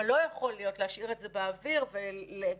אבל לא יכול להיות שזה יישאר באוויר ולקשור